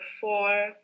four